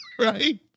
Right